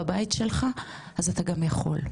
בבית שלך אז אתה גם יכול.